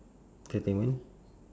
entertainment